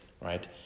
Right